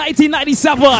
1997